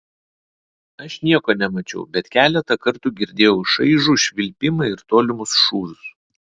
aš nieko nemačiau bet keletą kartų girdėjau šaižų švilpimą ir tolimus šūvius